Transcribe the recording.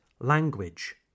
language